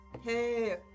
hey